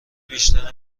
بیشتر